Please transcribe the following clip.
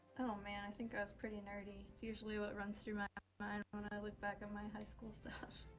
oh man, i think i was pretty nerdy. that's usually what runs through my mind when i look back at my high school stuff.